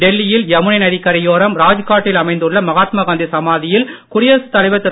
டெல்லியில் யமுனை நதிக்கரையோரம் ராஜ்காட்டில் அமைந்துள்ள மகாத்மா காந்தி சமாதியில் குடியரசுத் தலைவர் திரு